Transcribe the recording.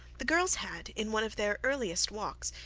the girls had, in one of their earliest walks,